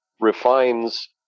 refines